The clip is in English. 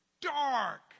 dark